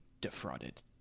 defrauded